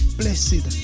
blessed